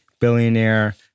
billionaire